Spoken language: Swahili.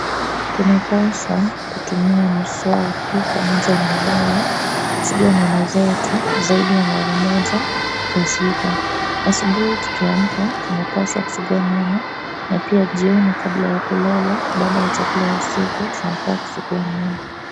Tunapaswa kutumia mswaki pamoja na dawa kusugua meno zetu zaidi ya mara moja kwa siku. Asubuhi tukiamka tunapaswa kusugua meno na pia jioni kabla ya kulala, baada ya chakula cha usiku tunapaswa kusugua meno.